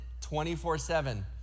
24-7